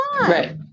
Right